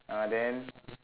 ah then